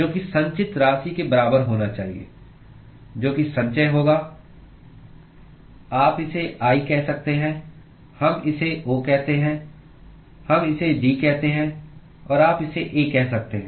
जो कि संचित राशि के बराबर होना चाहिए जो कि संचय होगा तो आप इसे I कह सकते हैं हम इसे O कहते हैं हम इसे G कहते हैं और आप इसे A कह सकते हैं